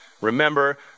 remember